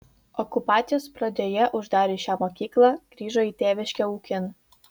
okupacijos pradžioje uždarius šią mokyklą grįžo į tėviškę ūkin